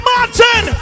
Martin